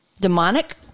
demonic